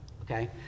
okay